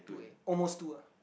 two A almost two ah